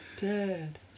dead